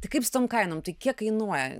tai kaip su tom kainom tai kiek kainuoja